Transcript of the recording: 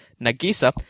Nagisa